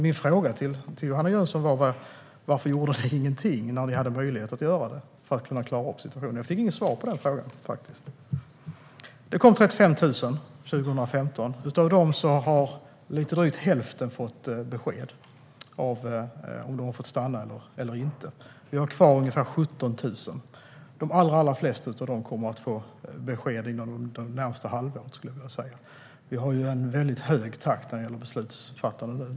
Min fråga till Johanna Jönsson var varför ni inte gjorde något när ni hade möjlighet att göra något för att klara upp situationen. Jag fick inget svar på den frågan. Det kom 35 000 år 2015. Av dem har drygt hälften fått besked om de får stanna eller inte. Vi har kvar ungefär 17 000. De allra flesta av dem kommer att få besked inom det närmaste halvåret. Vi har en hög takt på beslutsfattandet nu.